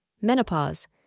Menopause